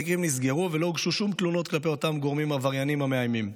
התיקים נסגרו ואל הוגשו שום תלונות כלפי אותם גורמים עבריינים שמאיימים.